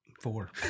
four